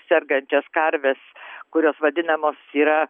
sergančias karves kurios vadinamos yra